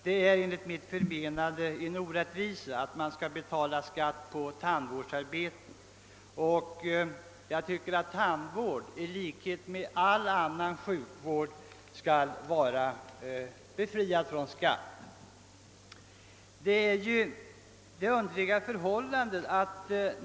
Det är enligt min mening en orättvisa att man skall behöva betala moms på tandvårdsarbeten. Jag anser att tandvård i likhet med all annan sjukvård skall vara befriad från skatt.